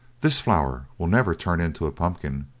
this flower will never turn into a pumpkin,